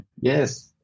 Yes